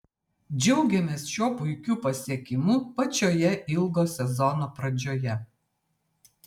džiaugiamės šiuo puikiu pasiekimu pačioje ilgo sezono pradžioje